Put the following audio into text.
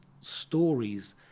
stories